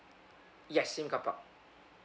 yes same carpark